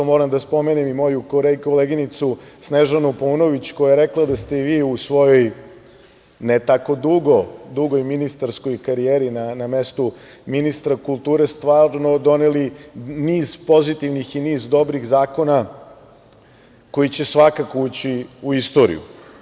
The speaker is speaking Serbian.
Moram da spomenem i moju koleginicu Snežanu Paunović koja je rekla da ste i vi u svojoj, ne tako dugoj, ministarskoj karijeri, na mestu ministra kulture stvarno doneli niz pozitivnih i niz dobrih zakona koji će svakako ući u istoriju.